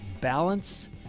balance